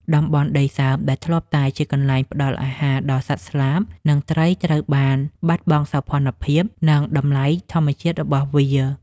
តំបន់ដីសើមដែលធ្លាប់តែជាកន្លែងផ្តល់អាហារដល់សត្វស្លាប និងត្រីត្រូវបានបាត់បង់សោភ័ណភាព និង តម្លៃធម្មជាតិរបស់វា។